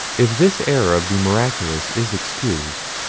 if this air of the miraculous is excused,